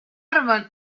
arvan